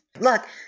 Look